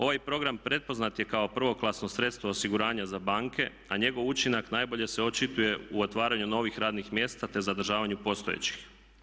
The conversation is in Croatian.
Ovaj program prepoznat je kao prvoklasno sredstvo osiguranja za banke, a njegov učinak najbolje se očituje u otvaranju novih radnih mjesta, te zadržavanju postojećih.